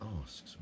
asks